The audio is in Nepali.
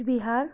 कुचबिहार